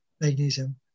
magnesium